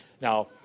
Now